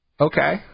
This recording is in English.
okay